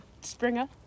springer